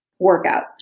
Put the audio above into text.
workouts